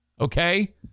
Okay